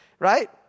right